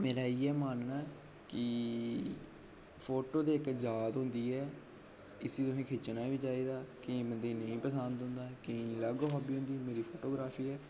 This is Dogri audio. मेरा इ'यै मानना ऐ कि फोटो ते इक याद होंदी ऐ इसी तोहें खिच्चना बी चाहि्दा केईं बंदे नेईं पसंद होंदा केईं अलग हॉबी होंदी मेरी फोटोग्रॉफी ऐ